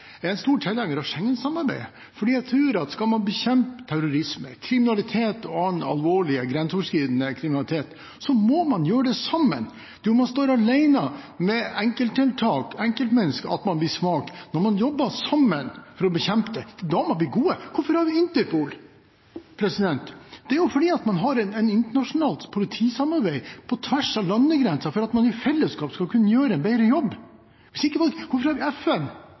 en stor tilhenger av Schengen-samarbeidet, fordi jeg tror at skal man bekjempe terrorisme og annen alvorlig, grenseoverskridende kriminalitet, må man gjøre det sammen. Det er når man står alene om enkelttiltak, enkeltmennesket, at man blir svak. Det er når man jobber sammen for å bekjempe det, man blir gode. Hvorfor har vi Interpol? Det er fordi man gjennom et internasjonalt politisamarbeid på tvers av landegrensene i fellesskap skal kunne gjøre en bedre jobb. Hvorfor har vi FN?